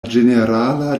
ĝenerala